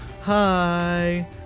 hi